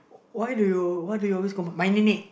why do you what do you always call my